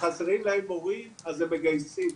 כשחסרים להם מורים אז הם מגייסים.